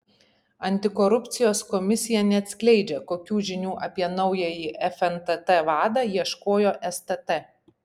antikorupcijos komisija neatskleidžia kokių žinių apie naująjį fntt vadą ieškojo stt